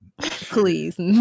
Please